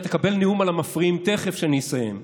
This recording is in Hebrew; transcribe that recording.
אתה תקבל נאום על המפריעים תכף כשאני אסיים.